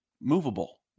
movable